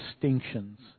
distinctions